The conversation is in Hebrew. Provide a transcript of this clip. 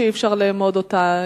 שאי-אפשר לאמוד אותה.